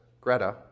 Greta